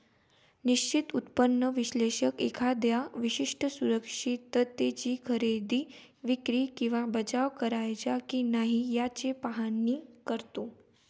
निश्चित उत्पन्न विश्लेषक एखाद्या विशिष्ट सुरक्षिततेची खरेदी, विक्री किंवा बचाव करायचा की नाही याचे पाहणी करतो